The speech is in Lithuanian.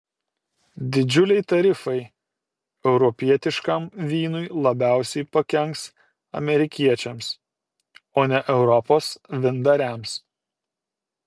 didžiuliai tarifai europietiškam vynui labiausiai pakenks amerikiečiams o ne europos vyndariams